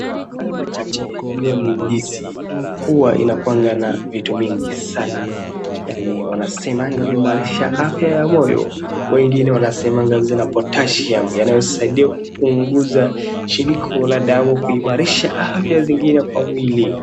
Hayo machache, hiyo ni ndizi, huwa inakuwanga na vitu mingi sana yaani wanasemanga huimarisha afya ya moyo wengine wanasemanga zina potassium yanayosaidia kupunguza shiniko la damu kuimarisha afya zingine kwa mwili.